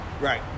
Right